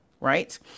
right